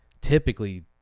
typically